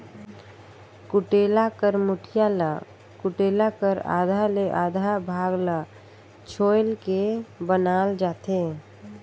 कुटेला कर मुठिया ल कुटेला कर आधा ले आधा भाग ल छोएल के बनाल जाथे